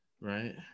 right